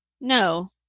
No